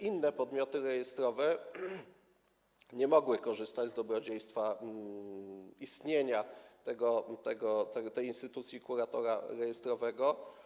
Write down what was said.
Inne podmioty rejestrowe nie mogły korzystać z dobrodziejstwa istnienia instytucji kuratora rejestrowego.